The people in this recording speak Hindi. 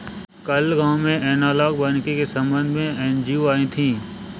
कल गांव में एनालॉग वानिकी के संबंध में एन.जी.ओ आई थी